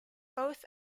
both